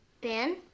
Ben